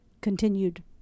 continued